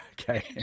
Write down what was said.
Okay